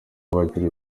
abakinnyi